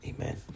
amen